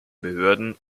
behörden